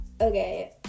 Okay